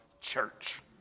church